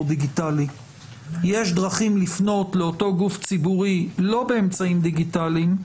דיגיטלי יש דרכים לפנות לאותו גוף ציבורי לא באמצעים דיגיטליים,